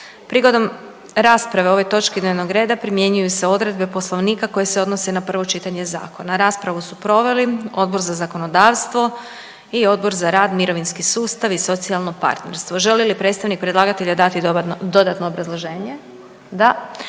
Prigodom rasprave o ovoj točki dnevnog reda primjenjuju se odredbe Poslovnika koje se odnose na prvo čitanje zakona. Raspravu su proveli Odbor za zakonodavstvo i Odbor za rad, mirovinski sustav i socijalno partnerstvo. Želi li predstavnik predlagatelja dati dodatno obrazloženje? Da.